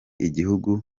igihugu